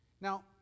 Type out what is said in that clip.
Now